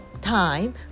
time